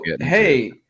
hey